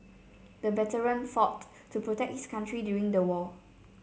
the veteran fought to protect his country during the war